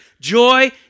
Joy